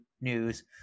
news